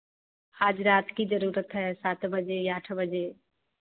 आज रात की ज़रूरत है सात बजे या आठ बजे